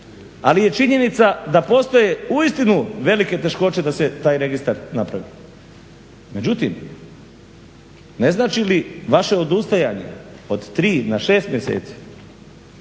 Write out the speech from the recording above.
ali je činjenica da postoje uistinu velike teškoće da se taj registar napravi. Međutim, ne znači li vaše odustajanje od tri na šest mjeseci,